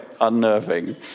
unnerving